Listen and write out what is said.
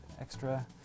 extra